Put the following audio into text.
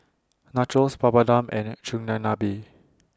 Nachos Papadum and Chigenabe